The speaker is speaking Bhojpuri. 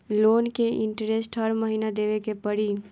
लोन के इन्टरेस्ट हर महीना देवे के पड़ी?